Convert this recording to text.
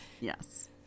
Yes